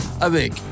avec